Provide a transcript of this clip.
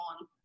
on